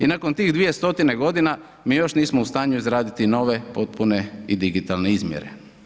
I nakon tih 200 godina mi još nismo u stanju izraditi nove potpune i digitalne izmjere.